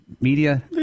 media